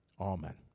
Amen